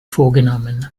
vorgenommen